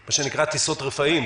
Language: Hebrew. מה שנקרא טיסות רפאים,